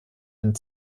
hin